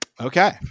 Okay